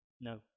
No